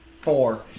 Four